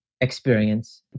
experience